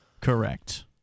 Correct